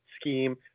scheme